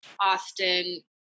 Austin